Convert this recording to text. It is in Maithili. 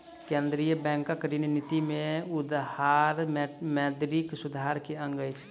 केंद्रीय बैंकक ऋण निति में सुधार मौद्रिक सुधार के अंग अछि